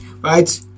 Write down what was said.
right